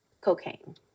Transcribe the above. cocaine